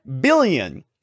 billion